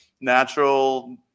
natural